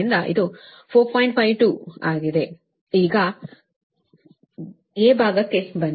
52 ಆಗಿದೆ ಈಗ ಭಾಗಕ್ಕೆ ಬನ್ನಿ